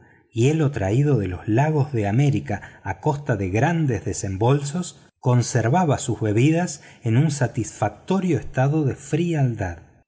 del club hielo traído de los lagos de américa a costa de grandes desembolsos conservaba sus bebidas en un satisfactorio estado de